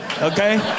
okay